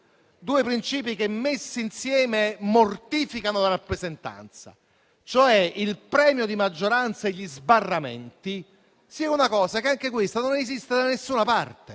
due princìpi che messi insieme mortificano la rappresentanza, cioè il premio di maggioranza e gli sbarramenti - sia una cosa che, anch'essa, non esiste da nessuna parte.